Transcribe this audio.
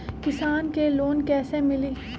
किसान के लोन कैसे मिली?